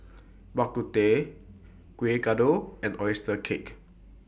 Bak Kut Teh Kueh Kodok and Oyster Cake